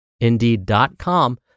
indeed.com